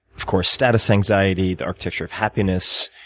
of course, status anxiety, the architecture of happiness,